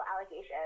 allegations